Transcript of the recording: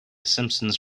simpsons